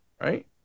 right